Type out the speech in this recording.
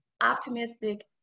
optimistic